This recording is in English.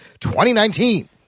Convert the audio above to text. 2019